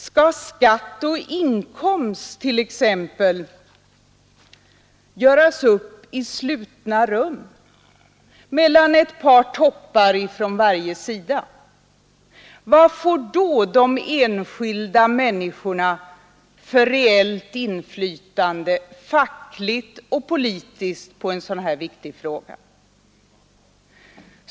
Skall skatt och inkomst t.ex. göras upp i slutna rum mellan ett par toppar från varje sida? Vad får då de enskilda människorna för reellt inflytande, fackligt och politiskt, på en sådan här viktig fråga?